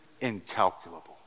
incalculable